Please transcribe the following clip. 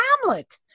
Hamlet